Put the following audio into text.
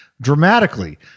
dramatically